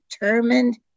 determined